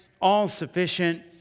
all-sufficient